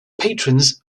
patrons